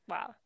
Wow